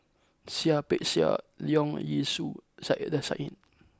Seah Peck Seah Leong Yee Soo and Saiedah Said